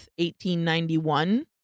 1891